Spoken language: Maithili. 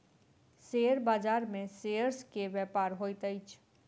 शेयर बाजार में शेयर्स के व्यापार होइत अछि